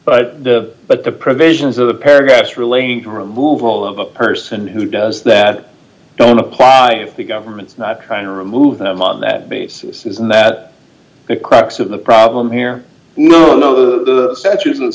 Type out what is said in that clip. but but the provisions of the paragraphs relating to remove all of a person who does that don't apply the government's not trying to remove them on that basis is that the cracks of the problem here no no the statu